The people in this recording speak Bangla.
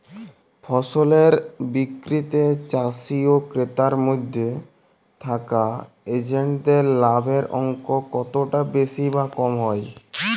ফসলের বিক্রিতে চাষী ও ক্রেতার মধ্যে থাকা এজেন্টদের লাভের অঙ্ক কতটা বেশি বা কম হয়?